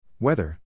Weather